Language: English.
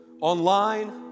online